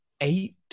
eight